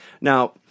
Now